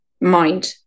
mind